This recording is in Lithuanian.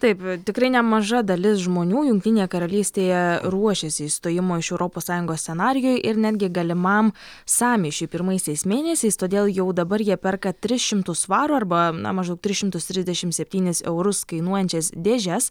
taip tikrai nemaža dalis žmonių jungtinėje karalystėje ruošiasi išstojimo iš europos sąjungos scenarijui ir netgi galimam sąmyšiui pirmaisiais mėnesiais todėl jau dabar jie perka tris šimtus svarų arba maždaug tris šimtus trisdešim septynis eurus kainuojančias dėžes